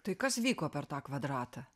tai kas vyko per tą kvadratą